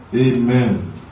Amen